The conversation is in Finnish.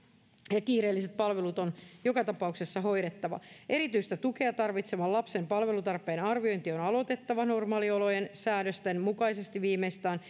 ja kiireelliset palvelut on joka tapauksessa hoidettava erityistä tukea tarvitsevan lapsen palvelutarpeen arviointi on on aloitettava normaaliolojen säädösten mukaisesti viimeistään